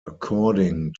according